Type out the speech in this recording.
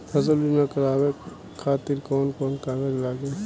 फसल बीमा करावे खातिर कवन कवन कागज लगी?